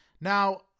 Now